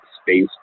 space